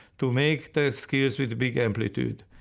to make the skills with big amplitude.